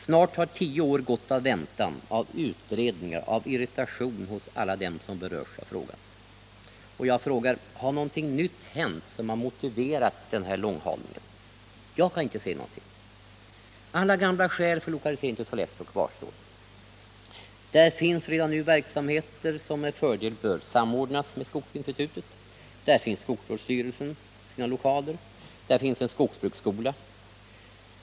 Snart har tio år gått med väntan, utredningar och irritation hos alla dem som berörts av frågan. Jag frågar: Har någonting nytt hänt som motiverat den här långhalningen? Jag kan inte se att någonting nytt har hänt. Alla gamla skäl för lokalisering till Sollefteå kvarstår. I Sollefteå finns redan nu verksamheter som med fördel bör samordnas med skogsinstitutet. Där finns skogsvårdsstyrelsen med sina lokaler. Där finns en skogsbruksskola.